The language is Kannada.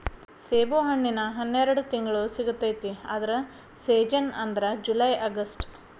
ಸೇಬುಹಣ್ಣಿನ ಹನ್ಯಾಡ ತಿಂಗ್ಳು ಸಿಗತೈತಿ ಆದ್ರ ಸೇಜನ್ ಅಂದ್ರ ಜುಲೈ ಅಗಸ್ಟ